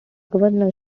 governor